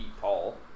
tall